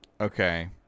Okay